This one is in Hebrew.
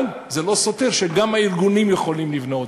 אבל זה לא סותר את זה שגם הארגונים יכולים לבנות.